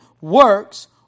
works